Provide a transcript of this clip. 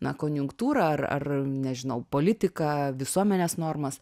na konjunktūrą ar ar nežinau politiką visuomenės normas